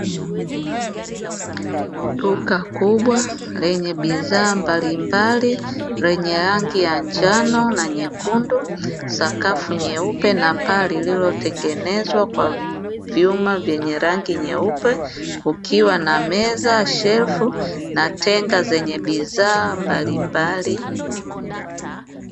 Duka kubwa lenye bidhaa mbalimbali, lenye rangi ya njano na nyekundu, sakafu nyeupe na paa lililotegenezwa kwa vyuma vyenye rangi nyeupe, kukiwa na meza, shelfu na tenga zenye bidhaa mbalimbali.